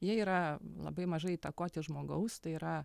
jie yra labai mažai įtakoti žmogaus tai yra